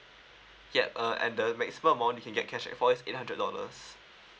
yup uh and the maximum amount you can get cash for is eight hundred dollars